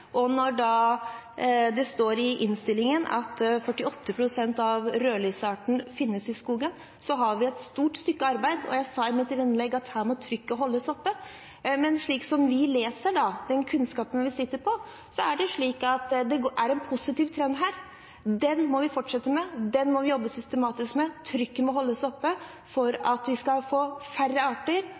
og når det står i innstillingen at 48 pst. av rødlisteartene finnes i skogen, har vi gjort et stort stykke arbeid. Og jeg sa i mitt innlegg at her må trykket holdes oppe. Men slik som vi leser det, og med den kunnskapen vi sitter med, er det en positiv trend her. Den må fortsette, den må vi jobbe systematisk med. Trykket må holdes oppe for at vi skal få færre arter